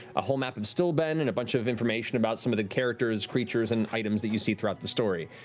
a whole map of stilben, and a bunch of information about some of the characters, creatures, and items that you see throughout the story,